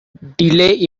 delay